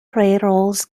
railroads